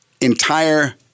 entire